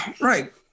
right